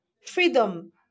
freedom